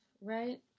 right